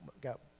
got